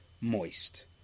moist